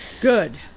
Good